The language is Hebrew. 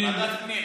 ועדת הפנים.